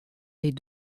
les